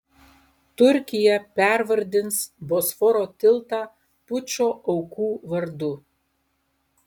turkija pervardins bosforo tiltą pučo aukų vardu